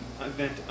event